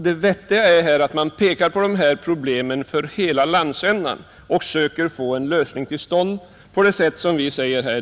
Det vettiga är att man pekar på dessa problem för hela den landsändan och försöker få en lösning till stånd på det sätt som vi säger här.